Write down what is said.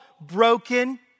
broken